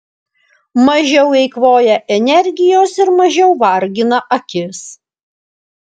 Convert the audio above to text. mažiau eikvoja energijos ir mažiau vargina akis